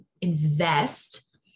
invest